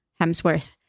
Hemsworth